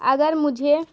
اگر مجھے